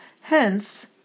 Hence